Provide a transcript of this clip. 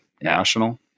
National